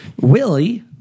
Willie